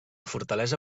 fortalesa